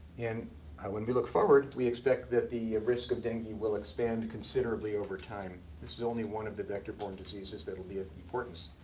and when we look forward, we expect that the risk of dengue will expand considerably over time. this is only one of the vector-borne diseases that will be of importance.